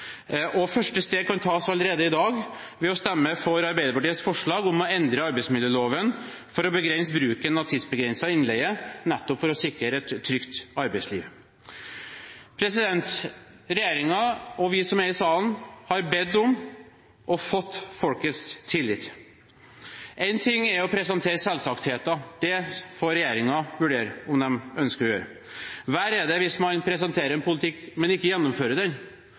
Første steg kan tas allerede i dag ved at man stemmer for Arbeiderpartiets forslag om å endre arbeidsmiljøloven for å begrense bruken av tidsbegrenset innleie, nettopp for å sikre et trygt arbeidsliv. Regjeringen og vi som er i salen, har bedt om og fått folkets tillit. Én ting er å presentere selvsagtheter – det får regjeringen vurdere om den ønsker å gjøre. Verre er det hvis man presenterer en politikk, men ikke gjennomfører den.